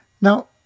Now